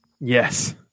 Yes